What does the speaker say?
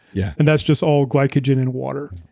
yeah and that's just all glycogen and water.